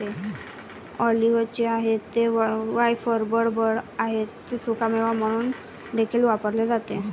ऑलिव्हचे आहे ते वायफळ बडबड आहे ते सुकामेवा म्हणून देखील वापरले जाते